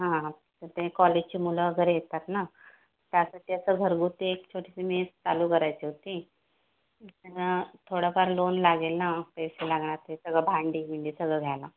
हां तर ते कॉलेजची मुलं वगैरे येतात ना त्यासाठी असं घरगुती एक छोटीशी मेस चालू करायची होती तर थोडंफार लोन लागेल ना पैसे लागणार ते सगळं भांडी बिंडी सगळं घ्यायला